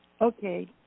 Okay